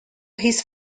his